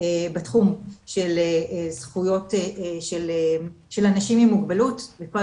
בתחום של זכויות של אנשים עם מוגבלות ופה